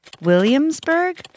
Williamsburg